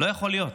לא יכול להיות,